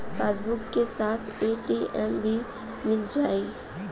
Passbook के साथ ATM भी मील जाई?